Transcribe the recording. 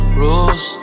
rules